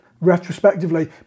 retrospectively